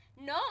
No